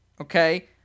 okay